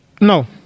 No